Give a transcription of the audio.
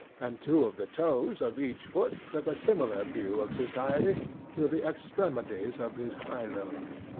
and two of the toes of each foot took a similar view of society through the extremities of his high-lows.